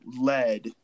led